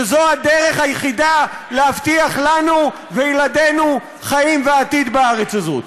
שזו הדרך היחידה להבטיח לנו ולילדנו חיים ועתיד בארץ הזאת.